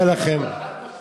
איך ידעת שאבו מאזן, חד-משמעית.